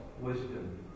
wisdom